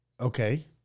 Okay